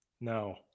No